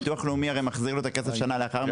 הביטוח הלאומי מחזיר לו את הכסף בשנה לאחר מכן,